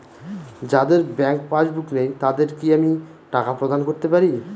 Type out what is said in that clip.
যাদের bank passbook নেই তাদের কি আমি টাকা প্রদান করতে পারি?